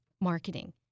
marketing